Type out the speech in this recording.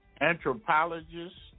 anthropologists